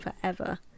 forever